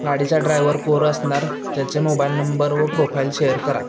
गाडीचा ड्रायव्हर कोर असणार त्याचे मोबाईल नंबर व प्रोफाईल शेअर करा